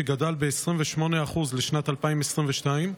שגדל ב-28% בשנת 2022,